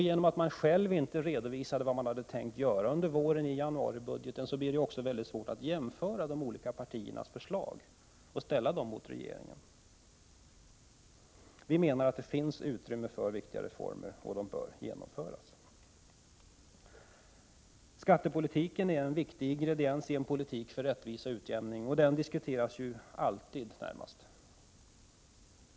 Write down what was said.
Genom att regeringen inte redovisade i januaribudgeten vad man tänkte göra blir det mycket svårt att jämföra de olika partiernas förslag och ställa dem mot regeringens. Det finns utrymme för viktiga reformer, och de bör genomföras. Skattepolitiken är en viktig ingrediens i en politik för rättvisa och utjämning, och den diskuteras så gott som alltid.